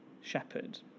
shepherd